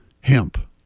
hemp